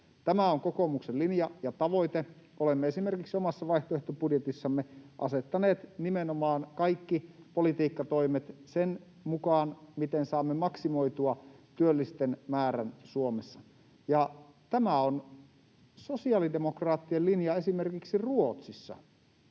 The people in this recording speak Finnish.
Tämä on kokoomuksen linja ja tavoite. Olemme esimerkiksi omassa vaihtoehtobudjetissamme asettaneet nimenomaan kaikki politiikkatoimet sen mukaan, miten saamme maksimoitua työllisten määrän Suomessa. Ja tämä on sosiaalidemokraattien linja esimerkiksi Ruotsissa.